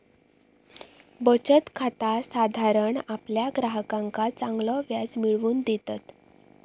बचत खाता साधारण आपल्या ग्राहकांका चांगलो व्याज मिळवून देतत